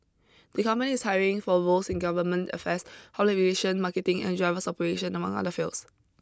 the company is hiring for roles in government affairs public relation marketing and drivers operation among other fields